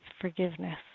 forgiveness